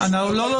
לא.